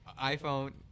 iPhone